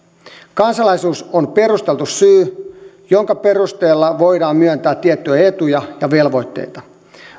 kansalaisuus on perusteltu syy jonka perusteella voidaan myöntää tiettyjä etuja ja velvoitteita